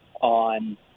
on